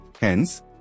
Hence